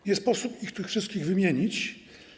Nie sposób ich tu wszystkich wymienić.